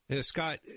Scott